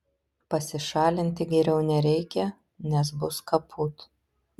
pasišalinti geriau nereikia nes bus kaput